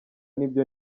nibyo